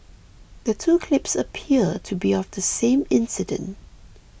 the two clips appear to be of the same incident